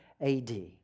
AD